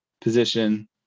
position